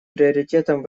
приоритетом